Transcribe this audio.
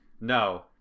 No